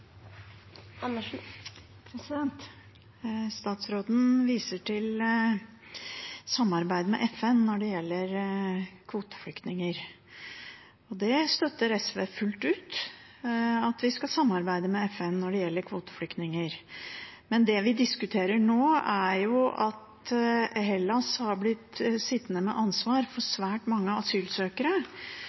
Statsråden viser til samarbeid med FN når det gjelder kvoteflyktninger. SV støtter fullt ut at vi skal samarbeide med FN når det gjelder kvoteflyktninger. Men det vi diskuterer nå, er jo at Hellas har blitt sittende med ansvar for svært mange asylsøkere.